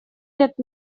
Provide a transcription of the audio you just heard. лет